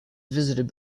visited